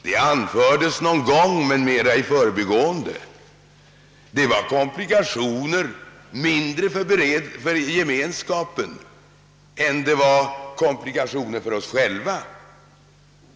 — det anfördes någon gång mera i förbigående, men det var komplikationer mindre för gemenskapen än komplikationer för oss själva.